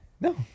No